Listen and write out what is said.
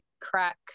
crack